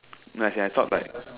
like as in I thought like